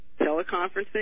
teleconferencing